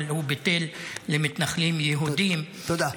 אבל הוא ביטל למתנחלים יהודים -- תודה.